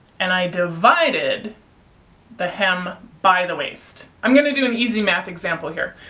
and i divided the hem by the waist. i'm going to do easy math example here.